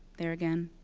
there again.